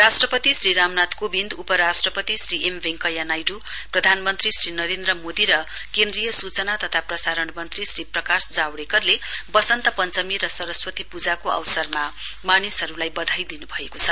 राष्ट्रपति श्री रामनाथ कोविन्दउपराष्ट्रा श्री एम वेन्कैय्या नाइड्र प्रधानमन्त्री श्री नरेन्द्र मोदी र केन्द्रीय सूचना तथा प्रसरण मन्त्री श्री प्रकाश जावडेकरले वसन्त पञ्चमी र सरस्वती पूजाको अवसरमा मानिसहरुलाई बधाई दिनुभएको छ